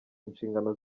inshingano